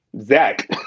Zach